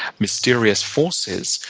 mysterious forces,